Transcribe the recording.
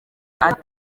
ati